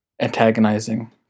antagonizing